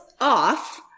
off